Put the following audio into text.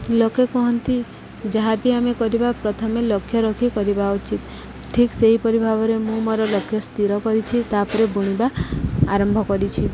ଲୋକେ କୁହନ୍ତି ଯାହା ବିି ଆମେ କରିବା ପ୍ରଥମେ ଲକ୍ଷ୍ୟ ରଖି କରିବା ଉଚିତ ଠିକ୍ ସେହିପରି ଭାବରେ ମୁଁ ମୋର ଲକ୍ଷ୍ୟ ସ୍ଥିର କରିଛି ତାପରେ ବୁଣିବା ଆରମ୍ଭ କରିଛି